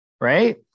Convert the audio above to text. right